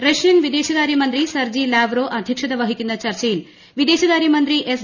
റ്റ്ഷ്യൻ വിദേശകാരൃ മന്ത്രി Sergey Lavrov അധ്യക്ഷത വഹിക്കുർന്ന ചർച്ചയിൽ വിദേശകാര്യ മന്ത്രി എസ്